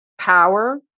power